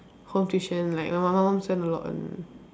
home tuition like my mum mum spent a lot on